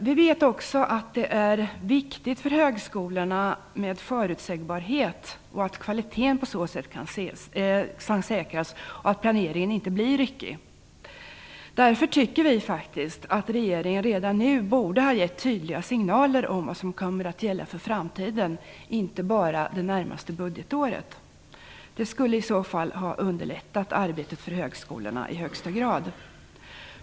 Vi vet också att det för högskolorna är viktigt med förutsägbarhet och att kvaliteten på så sätt kan säkras och planeringen inte blir ryckig. Därför tycker vi att regeringen redan nu borde ha gett tydliga signaler om vad som kommer att gälla för framtiden, inte bara det närmaste budgetåret. Det skulle ha underlättat arbetet för högskolorna i högsta grad.